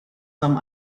some